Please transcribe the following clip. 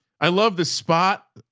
i love the spot,